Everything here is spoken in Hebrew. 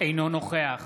אינו נוכח